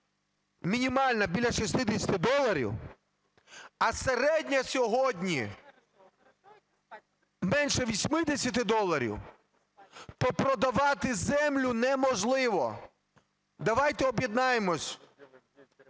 мінімальна біля 60 доларів, а середня сьогодні менше 80 доларів, то продавати землю неможливо! Давайте об'єднаємося